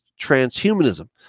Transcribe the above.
transhumanism